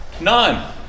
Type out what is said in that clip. None